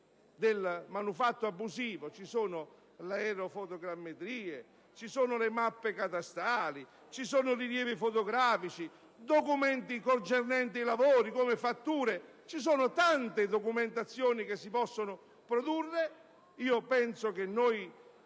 del manufatto abusivo. Ci sono le aerofotogrammetrie, le mappe catastali, i rilievi fotografici, altri documenti concernenti i lavori, come le fatture, e tante altre documentazioni che si possono produrre. Penso che